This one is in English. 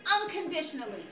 unconditionally